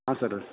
ಹಾಂ ಸರ್ರ